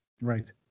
right